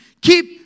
Keep